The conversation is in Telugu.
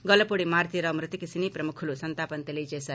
గొల్లపూడి మారుతీరావు మృతికి సినీ ప్రముఖులు సంతాపం తెలియజేశారు